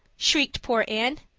shrieked poor anne.